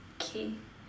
okay